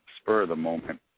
spur-of-the-moment